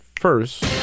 first